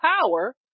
power